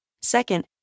Second